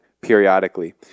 periodically